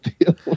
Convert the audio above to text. deal